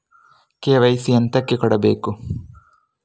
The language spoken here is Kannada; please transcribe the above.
ಕೆ.ವೈ.ಸಿ ಎಂತಕೆ ಕೊಡ್ಬೇಕು?